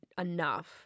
enough